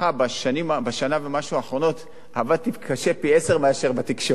בשנה ומשהו האחרונות עבדתי קשה פי-עשרה מאשר בתקשורת.